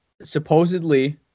supposedly